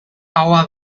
ahoa